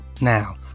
now